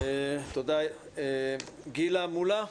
גילה מולה,